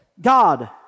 God